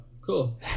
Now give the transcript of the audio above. cool